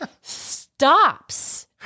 stops